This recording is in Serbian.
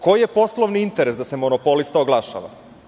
Koji je poslovni interes da se monopolista oglašava?